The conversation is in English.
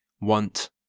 want